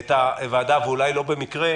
את הוועדה, ואולי לא במקרה.